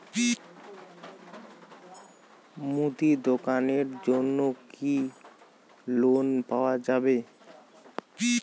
মুদি দোকানের জন্যে কি লোন পাওয়া যাবে?